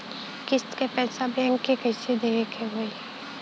किस्त क पैसा बैंक के कइसे देवे के होई?